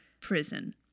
prison